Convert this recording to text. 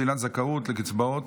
שלילת זכאות לקצבאות